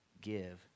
give